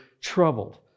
troubled